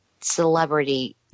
Celebrity